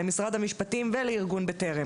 למשרד המשפטים ולארגון בטרם